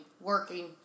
working